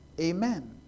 Amen